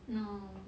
no